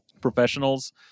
professionals